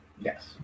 Yes